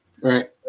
Right